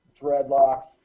dreadlocks